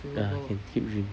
ya can keep drink